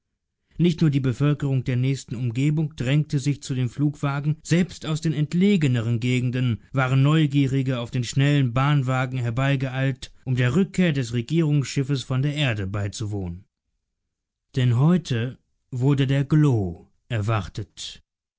nicht nur die bevölkerung der nächsten umgebung drängte sich zu den flugwagen selbst aus den entlegeneren gegenden waren neugierige auf den schnellen bahnwagen herbeigeeilt um der rückkehr des regierungsschiffes von der erde beizuwohnen denn heute wurde der glo erwartet